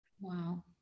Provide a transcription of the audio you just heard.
Wow